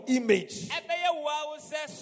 image